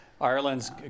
Ireland's